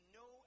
no